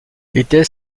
était